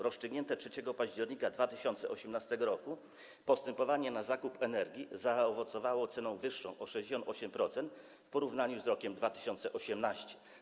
Rozstrzygnięte 3 października 2018 r. postępowanie na zakup energii zaowocowało ceną wyższą o 68% w porównaniu z rokiem 2018.